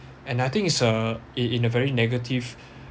and I think it's a it in a very negative